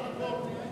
על המקום.